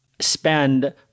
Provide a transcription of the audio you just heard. spend